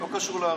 לא קשור לערבים.